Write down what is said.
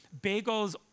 Bagels